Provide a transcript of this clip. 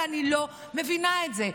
ואני לא מבינה את זה.